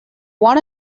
want